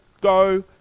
go